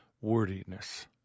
wordiness